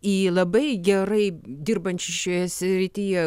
į labai gerai dirbančių šioje srityje